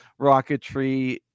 rocketry